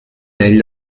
degli